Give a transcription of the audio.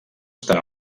estan